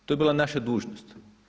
To je bila naša dužnost.